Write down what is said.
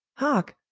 hearke,